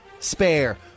Spare